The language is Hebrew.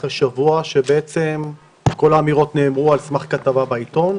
אחרי שבוע בו כל האמירות נאמרו על סמך כתבה בעיתון.